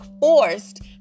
forced